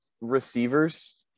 receivers